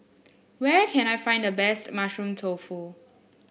where can I find the best Mushroom Tofu